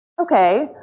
Okay